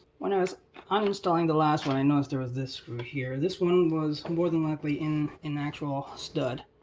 when i was uninstalling the last one i noticed there was this screw here. this one was more than likely in an actual stud.